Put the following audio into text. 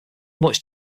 much